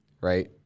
Right